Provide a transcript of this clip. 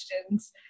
questions